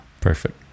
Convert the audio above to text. Perfect